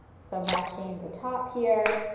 so matching the top here,